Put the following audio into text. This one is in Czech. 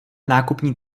nákupní